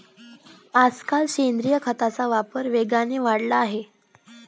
आजकाल सेंद्रिय खताचा वापर वेगाने वाढला आहे